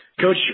Coach